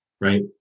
right